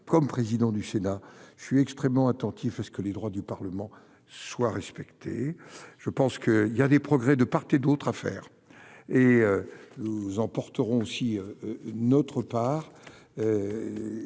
comme président du Sénat je suis extrêmement attentif à ce que les droits du Parlement soit respecté, je pense que il y a des progrès de part et d'autre à faire, et. Nous en porterons aussi notre part